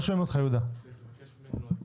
שתי הערות, אחת